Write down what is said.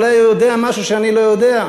אולי הוא יודע משהו שאני לא יודע.